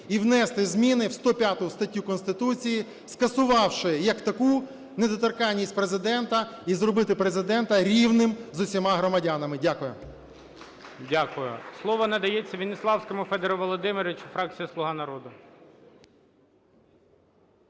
і внести зміни в 105 статтю Конституції, скасувавши як таку недоторканність Президента і зробити Президента рівним з усіма громадянами. Дякую. ГОЛОВУЮЧИЙ. Дякую. Слово надається Веніславському Федору Володимировичу, фракція "Слуга народу".